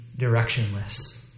directionless